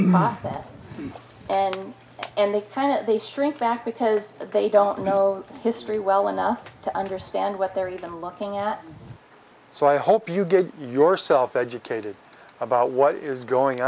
that and and they kind of they shrink back because they don't know history well enough to understand what they're even looking at so i hope you get yourself educated about what is going